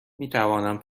میتوانم